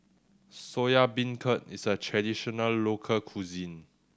Soya Beancurd is a traditional local cuisine